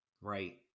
Right